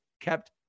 kept